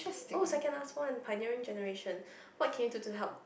oh second last one pioneering generation what can you do to help